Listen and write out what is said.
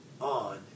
on